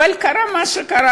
אבל קרה מה שקרה,